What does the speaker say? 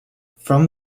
from